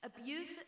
abuse